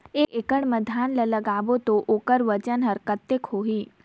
एक एकड़ मा धान ला लगाबो ता ओकर वजन हर कते होही?